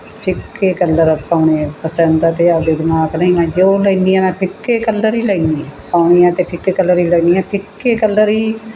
ਫਿੱਕੇ ਕਲਰ ਪਾਉਣੇ ਪਸੰਦ ਆ ਅਤੇ ਆਪਦੇ ਦਿਮਾਗ ਰਾਹੀਂ ਮੈਂ ਜੋ ਲੈਂਦੀ ਹਾਂ ਮੈਂ ਫਿੱਕੇ ਕਲਰ ਹੀ ਲੈਂਦੀ ਪਾਉਂਦੀ ਹਾਂ ਤਾਂ ਫਿੱਕੇ ਕਲਰ ਹੀ ਲੈਂਦੀ ਹਾਂ ਫਿੱਕੇ ਕਲਰ ਹੀ